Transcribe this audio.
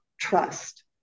trust